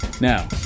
Now